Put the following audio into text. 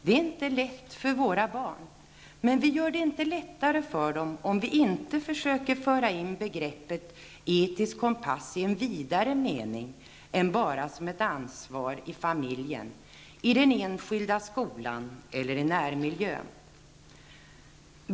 Det är inte lätt för våra barn, men vi gör det inte lättare för dem om vi inte försöker föra in begreppet etisk kompass i en vidare mening än bara som ett ansvar i familjen, i den enskilda skolan eller i närmiljön.